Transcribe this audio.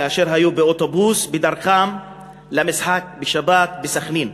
כאשר היו באוטובוס בדרכם למשחק בשבת בסח'נין.